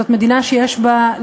זאת מדינה שיש בה,